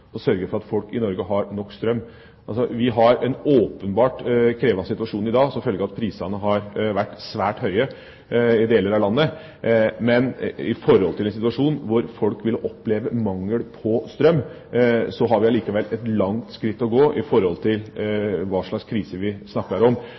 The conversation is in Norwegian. å sørge for at folk i Norge har nok strøm. Vi har åpenbart en krevende situasjon i dag som følge av at prisene har vært svært høye i deler av landet. Men i forhold til en situasjon hvor folk ville oppleve mangel på strøm, har vi allikevel et langt skritt å gå med hensyn til